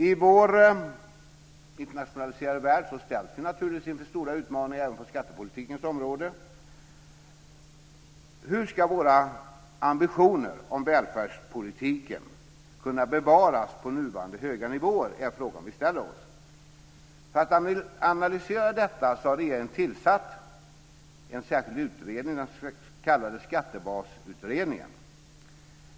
I vår internationaliserade värld ställs vi naturligtvis inför stora utmaningar även på skattepolitikens område. Hur ska våra ambitioner om välfärdspolitiken kunna bevaras på nuvarande höga nivåer? För att analysera detta har regeringen tillsatt en särskild utredning, den s.k. Skattebasutredningen.